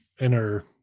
inner